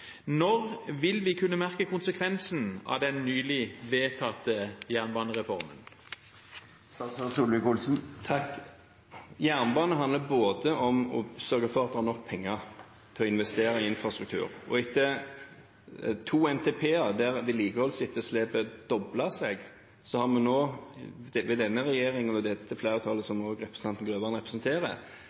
Når vil vi kunne merke konsekvensene av den nylig vedtatte jernbanereformen? Jernbane handler om å sørge for at det er nok penger til å investere i infrastruktur. Etter to NTP-er der vedlikeholdsetterslepet doblet seg, har denne regjeringen og dette flertallet – som også representanten Grøvan representerer